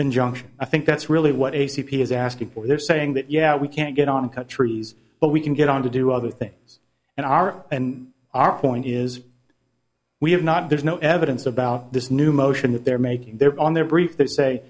injunction i think that's really what a c p is asking for they're saying that yeah we can't get on the trees but we can get on to do other things and our and our coin is we have not there's no evidence about this new motion that they're making they're on their brief they say